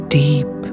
deep